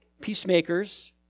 peacemakers